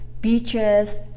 beaches